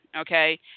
Okay